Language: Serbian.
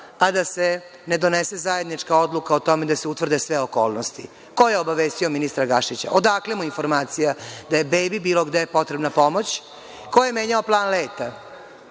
a da se ne donese zajednička odluka o tome da se utvrde sve okolnosti. Ko je obavestio ministra Gašića? Odakle mu informacija da je bebi bilo gde potrebna pomoć? Ko je menjao plan leta?